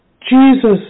Jesus